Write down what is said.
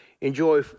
enjoy